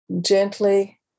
Gently